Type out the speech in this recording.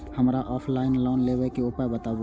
हमरा offline loan लेबे के उपाय बतबु?